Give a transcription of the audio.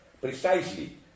Precisely